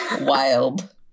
Wild